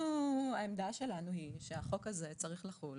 העמדה שלנו היא שהחוק הזה צריך לחול